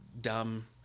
dumb